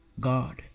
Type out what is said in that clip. God